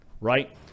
right